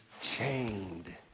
Chained